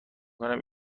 کنم